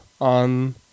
on